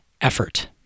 effort